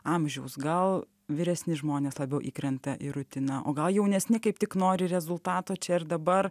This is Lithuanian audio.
amžiaus gal vyresni žmonės labiau įkrenta į rutiną o gal jaunesni kaip tik nori rezultato čia ir dabar